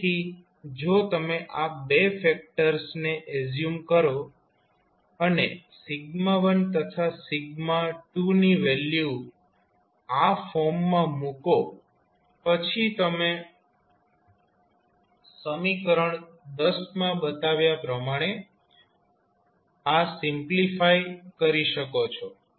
તેથી જો તમે આ બે ફેક્ટર્સ ને એઝ્યુમ કરો અને 1 તથા 2 ની વેલ્યુ આ ફોર્મ માં મુકો પછી તમે સમીકરણ માં બતાવ્યા પ્રમાણે આ સિમ્પ્લિફાય કરી શકો છો